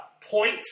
point